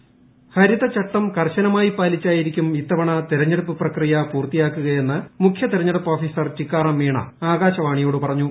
O intro ഹരിതചട്ടം കർശനമായി പ്രി്ലീച്ചായിരിക്കും ഇത്തവണ തിരഞ്ഞെടുപ്പ് പ്രക്രിയ പൂർത്തിയാക്കുക്കയെന്ന് മുഖ്യ തിരഞ്ഞെടുപ്പ് ഓഫീസർ ടിക്കാറാം മീണ ആകാശവാണിയോട് പറഞ്ഞു